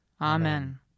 Amen